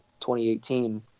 2018